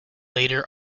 later